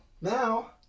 Now